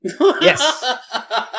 Yes